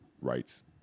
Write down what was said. rights